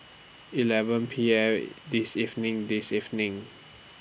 eleven P M This evening This evening